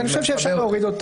אז אני חושב שאפשר להוריד אותה.